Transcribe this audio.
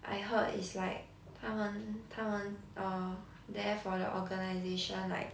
I heard is like 他们他们 uh there for the organisation like